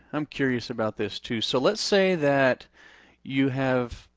i'm curious about this too. so let's say that you have,